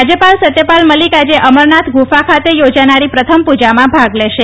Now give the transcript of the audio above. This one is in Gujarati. રાજ્યપાલ સત્યપાલ મલિક આજે અમરનાથ ગુફા ખાતે યોજાનારી પ્રથમ પૂજામાં ભાગ લેશે